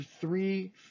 three